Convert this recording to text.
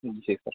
जी sir